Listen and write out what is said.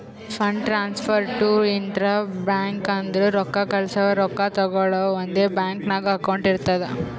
fund transfer to intra bank ಅಂದುರ್ ರೊಕ್ಕಾ ಕಳ್ಸವಾ ರೊಕ್ಕಾ ತಗೊಳವ್ ಒಂದೇ ಬ್ಯಾಂಕ್ ನಾಗ್ ಅಕೌಂಟ್ ಇರ್ತುದ್